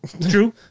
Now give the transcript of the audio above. True